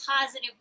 positive